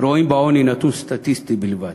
רואים בעוני נתון סטטיסטי בלבד,